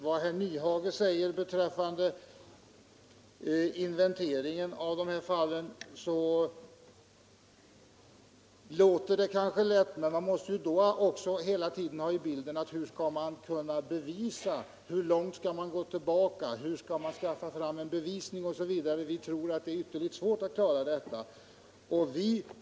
Vad herr Nyhage säger beträffande inventeringen av dessa fall låter som om det vore mycket lätt. Men man måste då också hela tiden fråga sig hur man skall skaffa fram en bevisning, hur långt man skall gå tillbaka, osv. Vi tror att det är ytterligt svårt att klara detta.